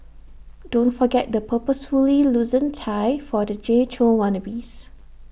don't forget the purposefully loosened tie for the Jay Chou wannabes